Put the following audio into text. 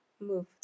move